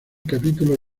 capítulo